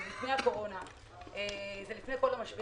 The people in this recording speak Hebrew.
זה עוד לפני הקורונה ולפני כל המשברים.